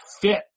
fit